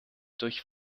durch